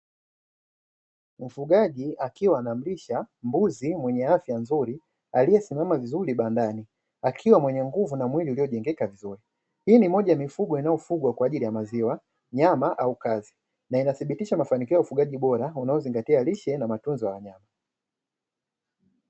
Mfugaji akiwa anamlisha mbuzi mwenye afya nzuri aliyesimama vizuri bandani akiwa mwenye nguvu na mwili iliyojengeka vizuri, hii ni moja ya mifugo inayofugwa kwa ajili ya maziwa, nyama au kazi na inathibitisha mafanikio ya ufugaji bora unaozingatia lishe na matunzo ya wanyama.